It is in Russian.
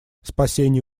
спасение